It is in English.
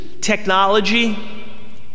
technology